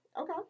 Okay